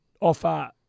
offer